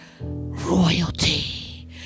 royalty